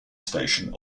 station